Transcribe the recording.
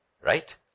Right